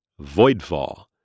Voidfall